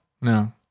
No